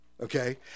okay